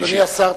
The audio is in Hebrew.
אדוני השר,